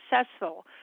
successful